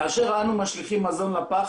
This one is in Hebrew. כאשר אנו משליכים מזון לפח,